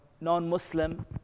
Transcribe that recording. non-Muslim